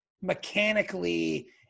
mechanically